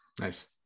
Nice